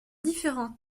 différents